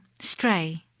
stray